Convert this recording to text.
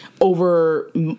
over